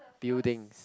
buildings